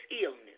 illness